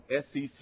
SEC